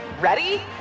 Ready